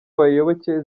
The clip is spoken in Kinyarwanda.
abayoboke